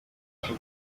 cyo